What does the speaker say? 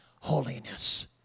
holiness